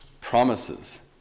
promises